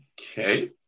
Okay